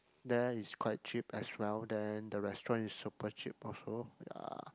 there is quite cheap as well then the restaurant is super cheap also ya